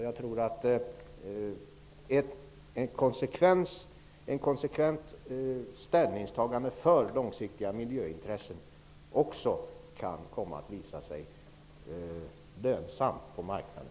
Jag tror att ett konsekvent ställningstagande för långsiktiga miljöintressen också kan komma att visa sig vara lönsamt på marknaden.